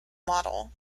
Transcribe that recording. model